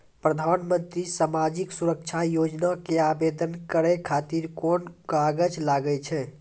प्रधानमंत्री समाजिक सुरक्षा योजना के आवेदन करै खातिर कोन कागज लागै छै?